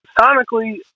sonically